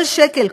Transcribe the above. כל שקל,